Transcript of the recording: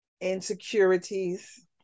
insecurities